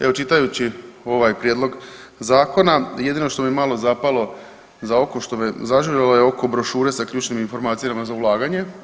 Evo, čitajući ovaj prijedlog zakona jedino što mi malo zapalo za oko što me zažuljalo je oko brošure sa ključnim informacijama za ulaganje.